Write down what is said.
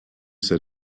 said